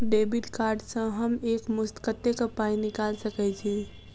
Debit card सँ हम एक मुस्त कत्तेक पाई निकाल सकय छी?